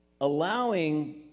allowing